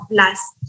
last